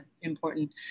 important